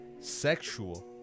sexual